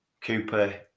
Cooper